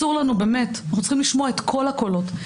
אנחנו צריכים לשמוע את כל הקולות,